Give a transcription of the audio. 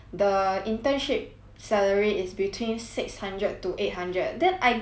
salary is between six hundred to eight hundred then I get the minimum eh